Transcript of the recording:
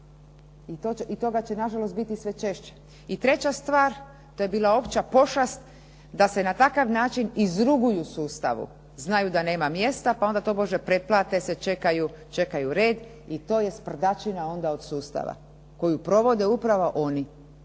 i toga će nažalost biti sve češće. I treća stvar, to je bila opća pošast da se na takav način izruguju sustavu. Znaju da nema mjesta, pa onda pretplate se, čekaju red i to je sprdačina onda od sustava koju provode upravo oni